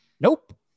nope